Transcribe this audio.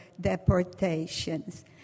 deportations